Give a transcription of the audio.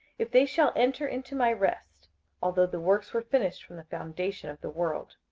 if they shall enter into my rest although the works were finished from the foundation of the world.